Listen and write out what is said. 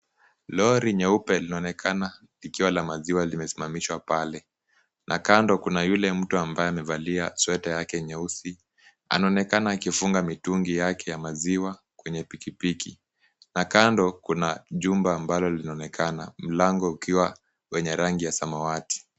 Lori nyeupe lionaonekana likiwa la maziwa limesimamishwa pale na kando kuna yule mtu ambaye amevalia sweta yake nyeusi, anaonekana akifunga mitungi yake ya maziwa kwenye pikipiki na kando kuna jumba ambalo linaonekana mlango ukiwa wenye rangi ya smawati.